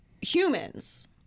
humans